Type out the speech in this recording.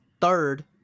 third